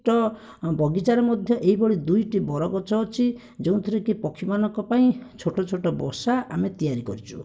ପଟ ବଗିଚାରେ ମଧ୍ୟ ଏହିଭଳି ଦୁଇଟି ବରଗଛ ଅଛି ଯେଉଁଥିରେ କି ପକ୍ଷୀମାନଙ୍କ ପାଇଁ ଛୋଟ ଛୋଟ ବସା ଆମେ ତିଆରି କରିଛୁ